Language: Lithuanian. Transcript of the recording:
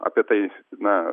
apie tai na